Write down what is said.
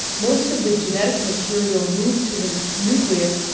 most of the genetic material moved to the nucleus,